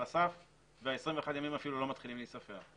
הסף וה-21 ימים אפילו לא מתחילים להיספר.